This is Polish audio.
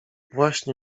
właśnie